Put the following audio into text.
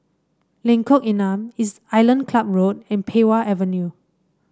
Lengkok Enam Island Club Road and Pei Wah Avenue